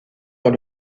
dans